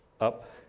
up